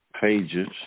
pages